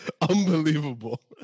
Unbelievable